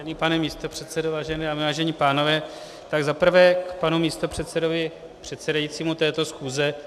Vážený pane místopředsedo, vážené dámy, vážení pánové, tak za prvé k panu místopředsedovi, předsedajícímu této schůze.